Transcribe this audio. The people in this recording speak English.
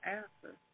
answer